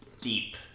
deep